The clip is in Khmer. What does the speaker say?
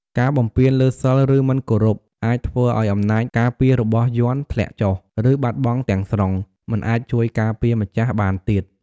ការបំពានលើ សីល ឬ មិនគោរព អាចធ្វើឲ្យអំណាចការពាររបស់យន្តធ្លាក់ចុះ ឬបាត់បង់ទាំងស្រុង មិនអាចជួយការពារម្ចាស់បានទៀត។